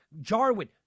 Jarwin